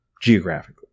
geographically